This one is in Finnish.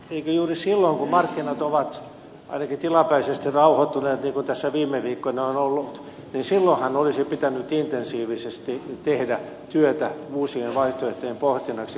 eikö juuri silloin kun markkinat ovat ainakin tilapäisesti rauhoittuneet niin kuin tässä viime viikkoina on ollut olisi pitänyt intensiivisesti tehdä työtä uusien vaihtoehtojen pohdinnaksi